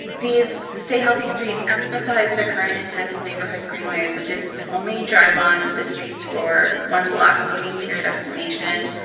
these stay healthy streets emphasize the current intent of neighborhood greenways, which is only drive on the streets for one block leaving to your destination,